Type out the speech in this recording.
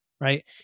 right